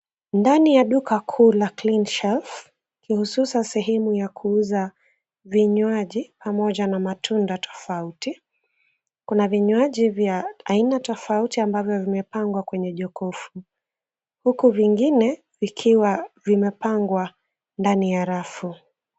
Ndani ya duka kuna clean shelf huhususa sehemu ya kuuza vinywaji pamoja na matunda tofauti. Kuna vinywaji vya aina tofauti ambavyo vimepangwa kwenye jokofu. Huku vingine vikiwa vimepangwa ndani ya rafu.